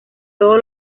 todo